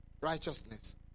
Righteousness